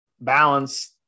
balance